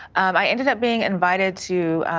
i ended up being invited to